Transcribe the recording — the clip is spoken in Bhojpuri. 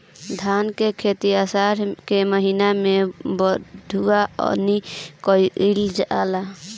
धान के खेती आषाढ़ के महीना में बइठुअनी कइल जाला?